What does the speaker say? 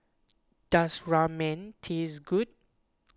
does Ramen taste good